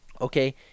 okay